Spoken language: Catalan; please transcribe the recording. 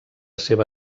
seva